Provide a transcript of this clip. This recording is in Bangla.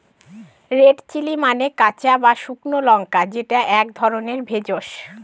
রেড চিলি মানে কাঁচা বা শুকনো লঙ্কা যেটা এক ধরনের ভেষজ